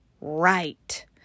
right